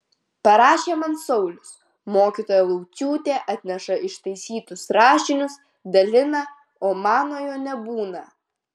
parašė man saulius mokytoja lauciūtė atneša ištaisytus rašinius dalina o manojo nebūna